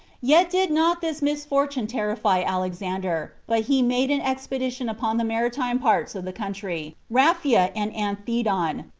yet did not this misfortune terrify alexander but he made an expedition upon the maritime parts of the country, raphia and anthedon,